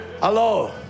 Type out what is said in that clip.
Hello